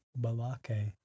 Balake